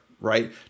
right